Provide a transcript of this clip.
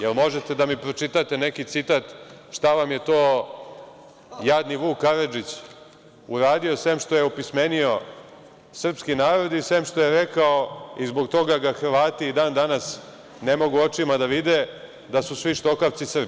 Da li možete da mi pročitate neki citate šta vam je to jadni Vuk Karadžić uradio, sem što je opismenio srpski narod i sem što je rekao i zbog toga ga Hrvati i dan danas ne mogu očima da vide, da su svi štokavci Srbi?